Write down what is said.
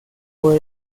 por